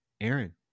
Aaron